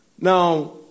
Now